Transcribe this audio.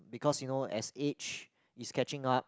because you know as age is catching up